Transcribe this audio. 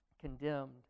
condemned